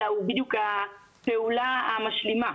אלא בדיון הפעולה המשלימה.